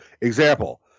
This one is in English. Example